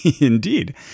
Indeed